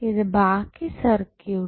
ഇത് ബാക്കി സർക്യൂട്ട്